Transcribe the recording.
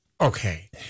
okay